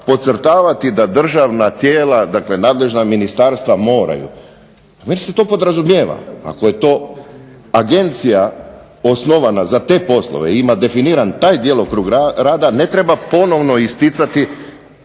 podcrtavati da državna tijela dakle, nadležna ministarstva moraju, već se to podrazumijeva, ako je to Agencija osnovana za te poslove, ima definiran taj djelokrug rada ne treba ponovno isticati